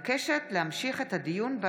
מאת חבר הכנסת איתן גינזבורג,